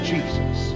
Jesus